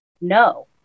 no